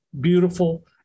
beautiful